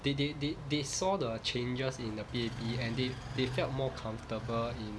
they they they they saw the changes in the P_A_P and they they felt more comfortable in